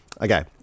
Okay